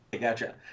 gotcha